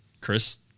chris